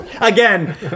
Again